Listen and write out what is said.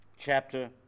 chapter